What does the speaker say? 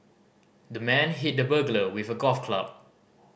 the man hit the burglar with a golf club